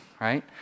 right